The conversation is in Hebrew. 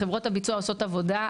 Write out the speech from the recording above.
אז חברות הביצוע עושות עבודה,